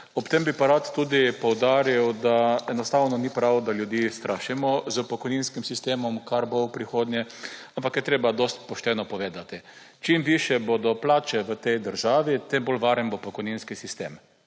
Ob tem bi pa rad poudaril, da enostavno ni prav, da ljudi strašimo s pokojninskim sistemom, kar bo v prihodnje, ampak je treba dosti pošteno povedati. Čim višje bodo plače v tej državi, tem bolj varen bo pokojninski sistem.